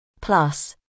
Plus